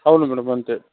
అవును మేడం అంతే